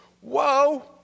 Whoa